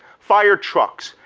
fire trucks,